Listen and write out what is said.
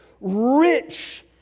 Rich